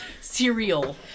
cereal